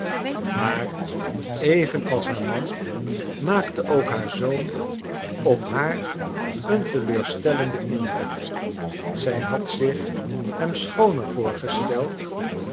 maar even als haar man maakte ook haar zoon op haar een teleurstellenden indruk zij had zich hem schooner voorgesteld